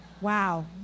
Wow